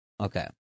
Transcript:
Okay